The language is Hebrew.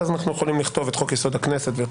ואז אנחנו יכולים לכתוב את חוק-יסוד: הכנסת ואת